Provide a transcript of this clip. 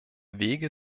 wege